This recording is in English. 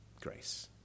grace